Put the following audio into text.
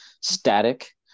static